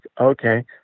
okay